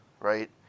right